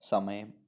സമയം